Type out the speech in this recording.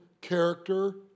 character